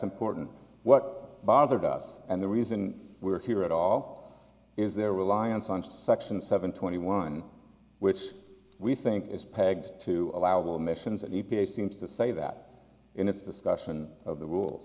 important what bothered us and the reason we're here at all is their reliance on section seven twenty one which we think is pegged to allowable emissions and e p a seems to say that in its discussion of the rules